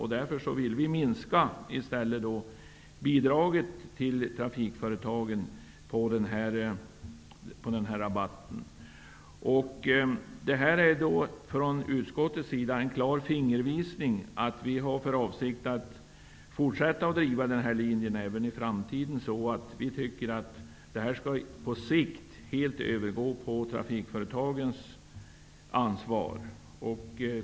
Vi vill i stället minska bidraget till trafikföretagen när det gäller denna rabatt. Från utskottets sida är detta en klar fingervisning om att vi har för avsikt att fortsätta att driva denna linje även i framtiden. Vi anser att detta på sikt skall vara trafikföretagens ansvar.